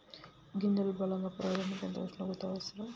గింజలు బలం గా పెరగడానికి ఎంత ఉష్ణోగ్రత అవసరం?